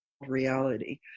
reality